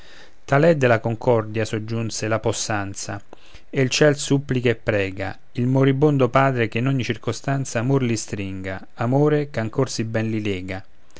è della concordia soggiunse la possanza e il ciel supplica e prega il moribondo padre che in ogni circostanza amor li stringa amore ch'ancor sì ben li lega